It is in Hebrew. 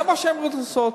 זה מה שהם רצו לעשות.